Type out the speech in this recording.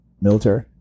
military